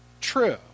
true